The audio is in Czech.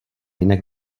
jinak